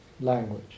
language